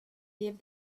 give